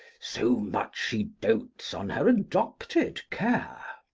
so much she dotes on her adopted care.